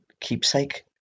keepsake